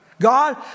God